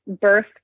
birth